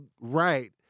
right